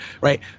right